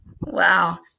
Wow